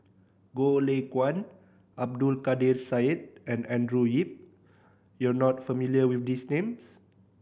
Goh Lay Kuan Abdul Kadir Syed and Andrew Yip you are not familiar with these names